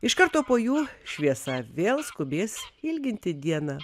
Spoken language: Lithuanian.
iš karto po jų šviesa vėl skubės ilginti dieną